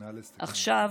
נא לסיים, בבקשה.